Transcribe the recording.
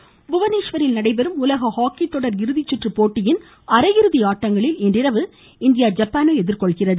hockey புவனேஷ்வரில் நடைபெறும் உலக ஹாக்கித் தொடர் இறுதிச்சுற்று போட்டியின் அரையிறுதி ஆட்டங்களில் இன்றிரவு இந்தியா ஜப்பானை எதிர்கொள்கிறது